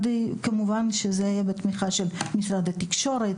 כמובן שזה היה בתמיכה של משרד התקשורת,